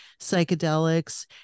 psychedelics